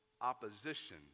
opposition